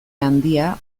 handia